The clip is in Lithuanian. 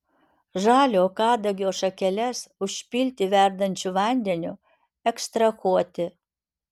žalio kadagio šakeles užpilti verdančiu vandeniu ekstrahuoti